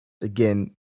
again